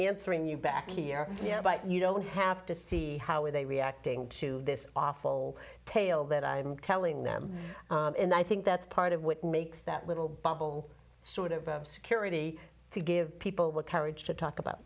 answering you back here yeah but you don't have to see how are they reacting to this awful tale that i i'm telling them and i think that's part of what makes that little bubble sort of security to give people with courage to talk about